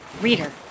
Reader